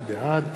בעד